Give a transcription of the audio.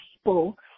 people